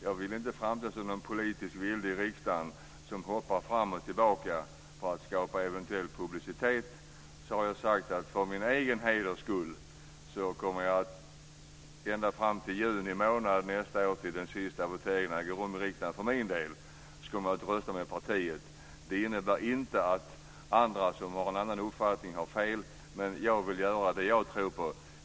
Jag vill inte framstå som någon politisk vilde som hoppar fram och tillbaka i riksdagen för att skapa publicitet. Därför har jag sagt att jag för min egen heders skull ända fram till juni månad nästa år, då min sista votering äger rum, kommer att rösta med partiet. Det innebär inte att andra som har en annan uppfattning har fel, men jag vill göra det jag tror på.